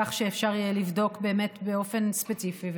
כך שאפשר יהיה לבדוק באמת באופן ספציפי.